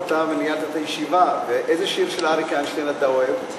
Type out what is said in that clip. אתה ניהלת את הישיבה: איזה שיר של אריק איינשטיין אתה אוהב?